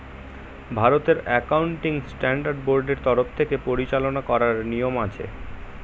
ভারতের accounting standard বোর্ডের তরফ থেকে পরিচালনা করার নিয়ম আছে